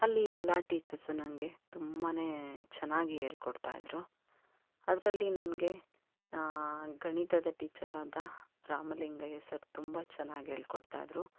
ಅಲ್ಲಿ ಎಲ್ಲ ಟೀಚರ್ಸು ನನಗೆ ತುಂಬ ಚೆನ್ನಾಗಿ ಹೇಳ್ಕೊಡ್ತಾಯಿದ್ರು ಅದರಲ್ಲಿ ನನಗೆ ಗಣಿತದ ಟೀಚರಾದ ರಾಮಲಿಂಗಯ್ಯ ಸರ್ ತುಂಬ ಚೆನ್ನಾಗಿ ಹೇಳ್ಕೊಡ್ತಾಯಿದ್ರು